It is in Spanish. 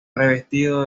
revestido